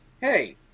hey